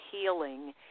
healing